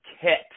kit